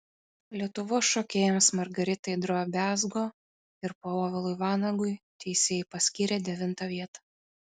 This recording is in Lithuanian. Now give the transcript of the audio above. lietuvos šokėjams margaritai drobiazko ir povilui vanagui teisėjai paskyrė devintą vietą